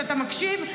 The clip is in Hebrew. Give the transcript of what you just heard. שאתה מקשיב,